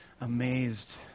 amazed